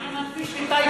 מה עם הכביש לטייבה?